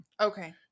Okay